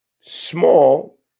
small